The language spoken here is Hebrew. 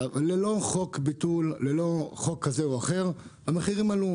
ללא חוק ביטול וללא חוק אחר, המחירים עלו.